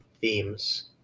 themes